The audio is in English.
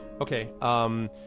Okay